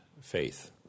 faith